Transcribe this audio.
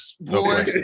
boy